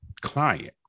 client